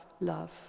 love